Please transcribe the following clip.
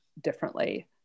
differently